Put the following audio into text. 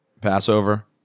Passover